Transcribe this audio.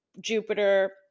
Jupiter